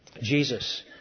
Jesus